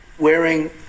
wearing